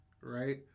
right